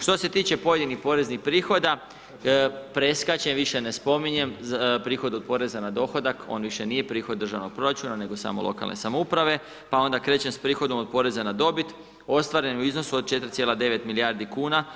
Što se tiče pojedinih poreznih prihoda, preskačem, više ne spominjem prihod od poreza na dohodak, on više nije prihod državnog proračuna nego samo lokalne samouprave, pa onda krećem s prihodom od poreza na dobit, ostvaren je u iznosu od 4,9 milijardi kuna